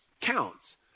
counts